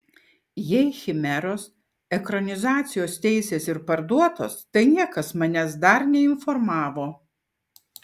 jei chimeros ekranizacijos teisės ir parduotos tai niekas manęs dar neinformavo